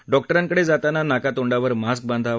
डॉक्टरांकडे जाताना नाकातोंडावर मास्क बांधावा